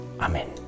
Amen